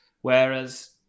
Whereas